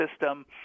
system